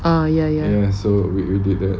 ah ya ya ya